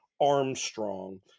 Armstrong